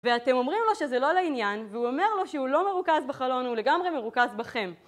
ואתם אומרים לו שזה לא לעניין, והוא אומר לו שהוא לא מרוכז בחלון, הוא לגמרי מרוכז בכם.